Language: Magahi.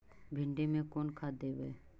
भिंडी में कोन खाद देबै?